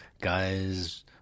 guys